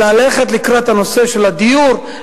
ללכת לקראת הנושא של הדיור,